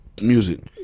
music